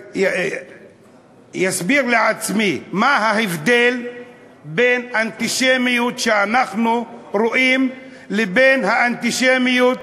אסביר לעצמי: מה ההבדל בין אנטישמיות שאנחנו רואים כאן לבין האנטישמיות